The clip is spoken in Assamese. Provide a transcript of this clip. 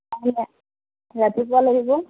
কাইলৈ ৰাতিপুৱা লাগিব